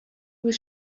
was